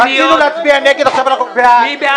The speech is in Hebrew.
רצינו להצביע נגד, עכשיו אנחנו בעד.